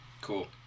Cool